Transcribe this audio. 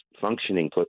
functioning